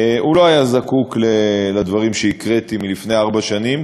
לא היה זקוק לדברים שהקראתי לפני ארבע שנים,